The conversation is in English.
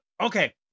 okay